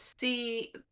see